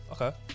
Okay